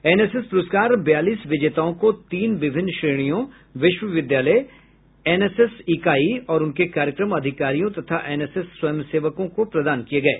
NSS पुरस्कार बयालीस विजेताओं को तीन विभिन्न श्रेणियों विश्वविद्यालय एनएसएस इकाई और उनके कार्यक्रम अधिकारियों तथा एनएसएस स्वयंसेवकों को प्रदान किए गये